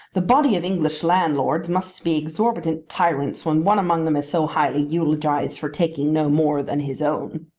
the body of english landlords must be exorbitant tyrants when one among them is so highly eulogised for taking no more than his own.